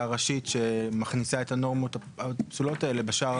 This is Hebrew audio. ראשית שמכניסה את הנורמות הפסולות האלה בשער הראשי?